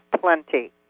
plenty